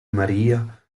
maria